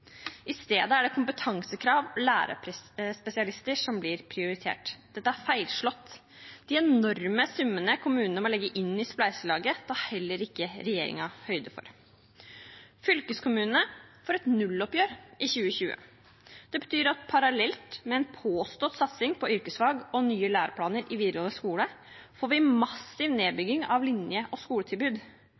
I stedet er det kompetansekrav og lærerspesialister som blir prioritert. Dette er feilslått. De enorme summene kommunene må legge inn i spleiselaget, tar regjeringen heller ikke høyde for. Fylkeskommunene får et nulloppgjør i 2020. Det betyr at parallelt med en påstått satsing på yrkesfag og nye læreplaner i videregående skole får vi massiv nedbygging av linje- og skoletilbud.